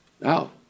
Now